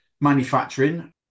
manufacturing